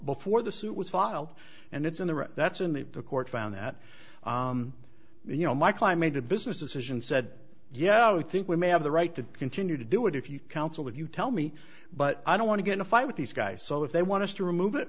before the suit was filed and it's in the right that's in the court found that you know my climb into business decisions said yeah i think we may have the right to continue to do it if you counsel if you tell me but i don't want to get in a fight with these guys so if they want to remove it